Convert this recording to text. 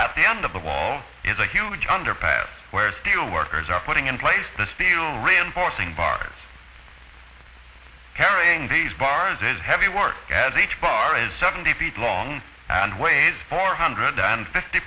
at the end of the wall is a huge underpass where steel workers are putting in place this new reinforcing bar carrying these bars is heavy work as each bar is seventy feet long and weighs four hundred and fifty